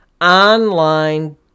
online